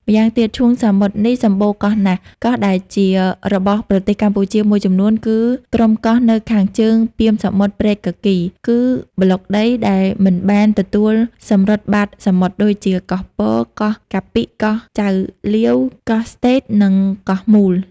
ម្យ៉ាងទៀត ឈូង សមុទ្រនេះសំបូរកោះណាស់ ។ កោះដែលជារបស់ប្រទេសកម្ពុជាមួយចំនួនគឺក្រុមកោះនៅខាងជើងពាមសមុទ្រព្រែកគគីរ គឺប្លុកដីដែលមិនបាន ទទួលសំរុតបាតសមុទ្រ ដូចជា កោះពរ កោះកាពិ កោះចៅលាវ កោះស្តេត និង កោះមូល ។